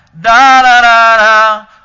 da-da-da-da